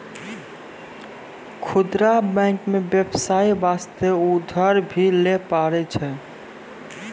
खुदरा बैंक मे बेबसाय बास्ते उधर भी लै पारै छै